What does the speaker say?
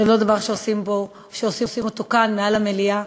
זה לא דבר שעושים אותו כאן, במליאה,